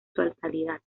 totalidad